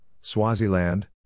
Swaziland